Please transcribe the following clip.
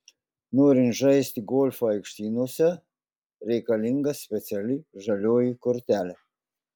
norint žaisti golfą aikštynuose reikalinga speciali žalioji kortelė